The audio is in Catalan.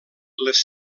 les